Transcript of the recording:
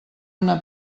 una